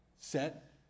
set